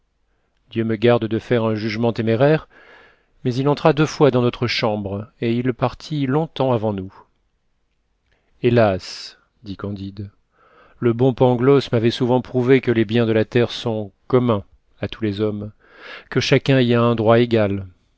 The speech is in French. dieu me garde de faire un jugement téméraire mais il entra deux fois dans notre chambre et il partit long-temps avant nous hélas dit candide le bon pangloss m'avait souvent prouvé que les biens de la terre sont communs à tous les hommes que chacun y a un droit égal